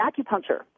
Acupuncture